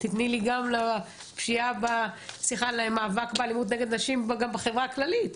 שתיתנו לי גם במאבק באלימות נגד נשים בחברה הכללית.